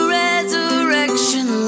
resurrection